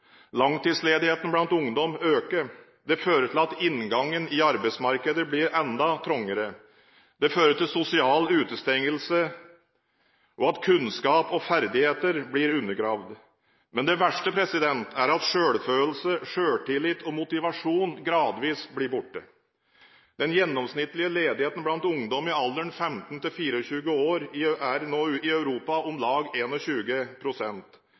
Langtidsledigheten blant ungdom øker. Det fører til at inngangen til arbeidsmarkedet blir enda trangere. Det fører til sosial utestengelse, og til at kunnskap og ferdigheter blir undergravd. Men det verste er at selvfølelse, selvtillit og motivasjon gradvis blir borte. Den gjennomsnittlige ledigheten blant ungdom i alderen 15–24 år er nå i Europa om lag